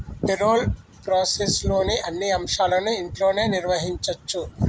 payroll ప్రాసెస్లోని అన్ని అంశాలను ఇంట్లోనే నిర్వహించచ్చు